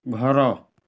ଘର